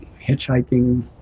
hitchhiking